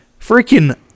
freaking